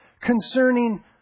concerning